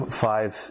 five